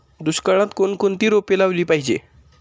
दुष्काळात कोणकोणती रोपे लावली पाहिजे?